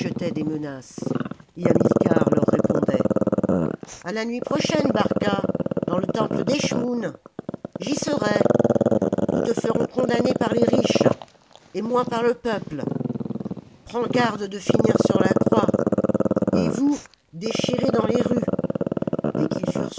des menaces et hamilcar leur répondait a la nuit prochaine barca dans le temple d'eschmoûn j'y serai nous te ferons condamner par les riches et moi par le peuple prends garde de finir sur la croix et vous déchirés dans les rues dès qu'ils